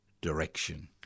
direction